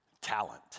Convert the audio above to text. talent